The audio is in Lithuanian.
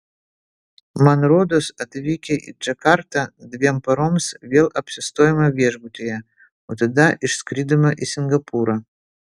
man rodos atvykę į džakartą dviem paroms vėl apsistojome viešbutyje o tada išskridome į singapūrą